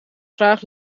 graag